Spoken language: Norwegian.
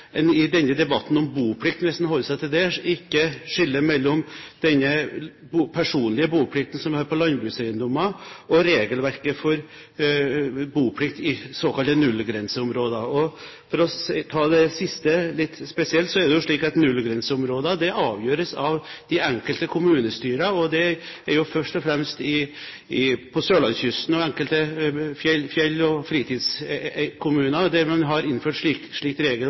i denne debatten om boplikt, hvis man holder seg til det, ikke skiller mellom den personlige boplikten som man har på landbrukseiendommer, og regelverket for boplikt i såkalte nullgrenseområder. For å ta det siste litt spesielt: Det er jo slik at nullgrenseområder avgjøres av de enkelte kommunestyrene, og det er jo først og fremst på sørlandskysten og i enkelte fjell- og fritidskommuner man har innført et slikt